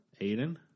Aiden